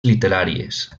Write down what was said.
literàries